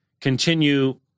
continue